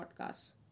podcast